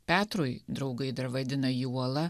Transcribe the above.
petrui draugai dar vadina jį uola